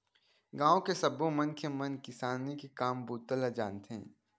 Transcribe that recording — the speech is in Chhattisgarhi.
गाँव के सब्बो मनखे मन किसानी के काम बूता ल जानथे